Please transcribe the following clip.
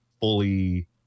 fully